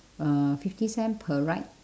uh fifty cent per ride